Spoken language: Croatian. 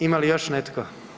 Ima li još netko?